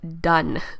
done